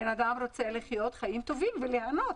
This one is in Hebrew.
בן אדם רוצה לחיות חיים טובים וליהנות.